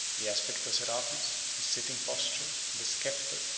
the aspect of serapis, his sitting posture, and the sceptre,